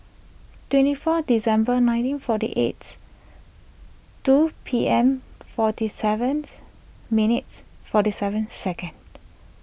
twenty four December nineteen forty eight two P M forty seven minutes forty seven second